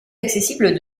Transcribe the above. accessible